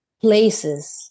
places